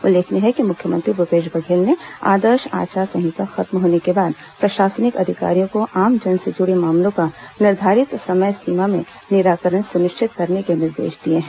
उल्लेखनीय है कि मुख्यमंत्री भूपेश बघेल ने आदर्श आचार संहिता खत्म होने के बाद प्रशासनिक अधिकारियों को आम जन से जुड़े मामलों का निर्धारित समय सीमा में निराकरण सुनिश्चित करने के निर्देश दिए हैं